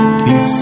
keep